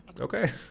okay